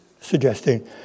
suggesting